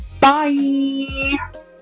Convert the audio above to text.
Bye